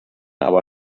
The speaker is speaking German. aber